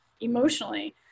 emotionally